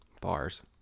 bars